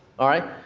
alright.